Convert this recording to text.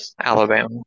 Alabama